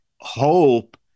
hope